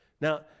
now